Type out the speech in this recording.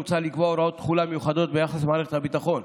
מוצע לקבוע הוראות תחולה מיוחדות ביחס למערכת הביטחון.